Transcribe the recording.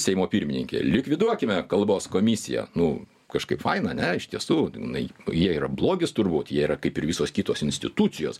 seimo pirmininkė likviduokime kalbos komisiją nu kažkaip faina ane iš tiesų jinai jie yra blogis turbūt jie yra kaip ir visos kitos institucijos